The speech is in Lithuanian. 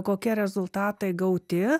kokie rezultatai gauti